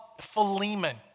Philemon